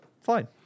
Fine